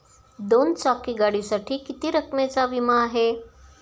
दोन चाकी गाडीसाठी किती रकमेचा विमा आहे?